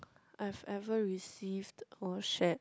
I've ever received or shed